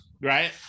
Right